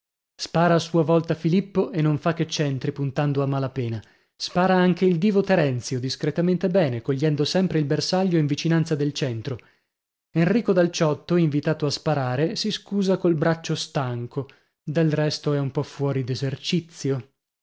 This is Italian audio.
spara a sua volta filippo e non fa che centri puntando a mala pena spara anche il divo terenzio discretamente bene cogliendo sempre il bersaglio in vicinanza del centro enrico dal ciotto invitato a sparare si scusa col braccio stanco del resto è un po fuori d'esercizio